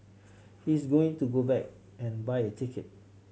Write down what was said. he's going to go back and buy a ticket